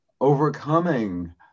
overcoming